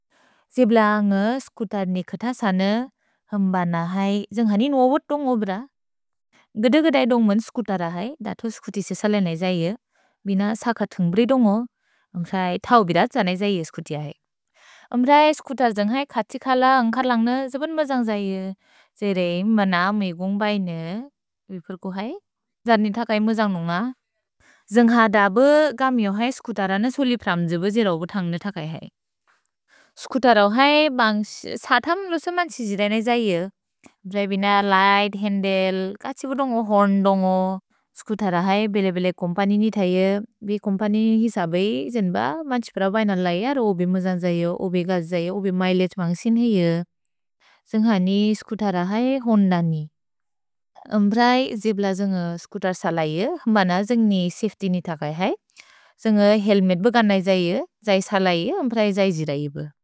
जिब्ला न्ग स्कुतर्नि खथ सन। हम्बन है। जन्घनिन् ववोद् दोन्ग् ओब्र। गद गदै दोन्ग् मोन् स्कुतर है। दथो स्कुति से सलेनै जैये। भिन सक थुन्ग्ब्रेइ दोन्गो। अम्ब्रै थौ बिदत् जनै जैये स्कुति है। अम्ब्रै स्कुतर् जन्घै खछि खल अन्ग्खलन्ग्न जपन् मजन्ग् जैये। जेरे मना मेगुन्ग् बैने। उइपुर्कु है। जर्नि थकै मजन्ग् नुन्ग। जन्घा दब गमिओहै। स्कुतरन सोलिप्रम्द्जेब। अम्ब्रै जिब्ला जन्घै स्कुतर्नि सलेनै जैये। हम्बन जन्घै सफेत्य् नितकै है। जन्घै हेल्मेत् बगनै जैये। जैये सलेनै। अम्ब्रै जैये जिर इबु।